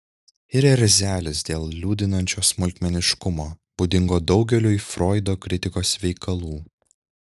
ir erzelis dėl liūdinančio smulkmeniškumo būdingo daugeliui froido kritikos veikalų